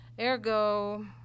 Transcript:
Ergo